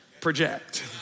project